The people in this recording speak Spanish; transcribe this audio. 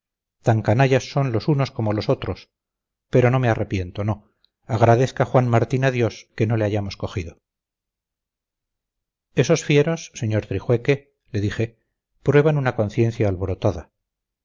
tan canallas son los unos como los otros pero no me arrepiento no agradezca juan martín a dios que no le hayamos cogido esos fieros sr trijueque le dije prueban una conciencia alborotada